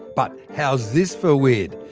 but how's this for weird?